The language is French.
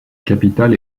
capitale